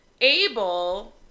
able